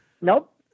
Nope